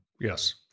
Yes